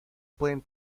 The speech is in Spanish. pueden